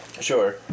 Sure